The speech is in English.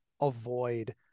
avoid